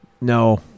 No